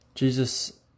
Jesus